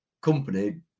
company